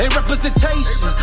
representation